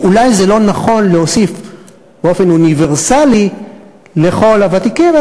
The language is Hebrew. אולי זה לא נכון להוסיף באופן אוניברסלי לכל הוותיקים,